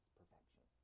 perfection